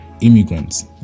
immigrants